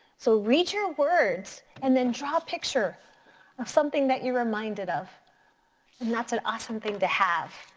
so read your words and then draw a picture of something that you're reminded of. and that's an awesome thing to have.